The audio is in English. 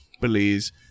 Belize